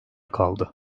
kaldı